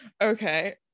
Okay